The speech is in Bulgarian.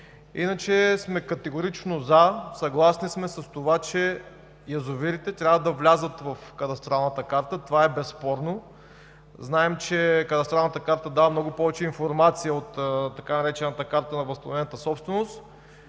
Иначе сме категорично „за“, съгласни сме с това, че язовирите трябва да влязат в кадастралната карта – това е безспорно. Знаем, че кадастралната карта дава много повече информация от така наречената карта на възстановената собственост.